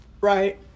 right